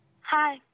Hi